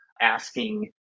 asking